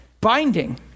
binding